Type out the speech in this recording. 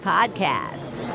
Podcast